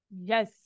yes